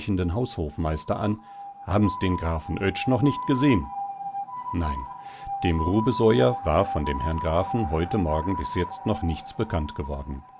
haushofmeister an haben's den grafen oetsch noch nicht gesehen nein dem rubesoier war von dem herrn grafen heute morgen bis jetzt noch nichts bekannt geworden